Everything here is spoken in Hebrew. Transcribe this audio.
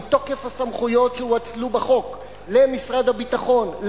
מתוקף הסמכויות שהואצלו בחוק למשרד הביטחון,